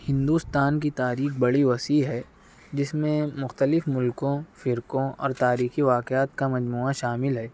ہندوستان کی تاریخ بڑی وسیع ہے جس میں مختلف ملکوں فرقوں اور تاریخی واقعات کا مجموعہ شامل ہے